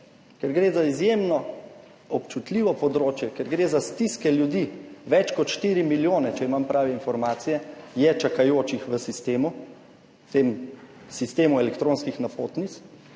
Ker gre za izjemno občutljivo področje, ker gre za stiske ljudi, več kot 4 milijone, če imam prave informacije, je čakajočih v sistemu, v tem sistemu elektronskih napotnic,